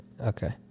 Okay